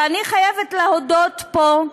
ואני חייבת להודות פה,